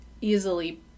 easily